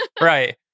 Right